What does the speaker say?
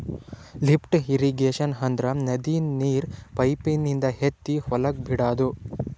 lift irrigation ಅಂದ್ರ ನದಿ ನೀರ್ ಪೈಪಿನಿಂದ ಎತ್ತಿ ಹೊಲಕ್ ಬಿಡಾದು